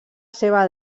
seva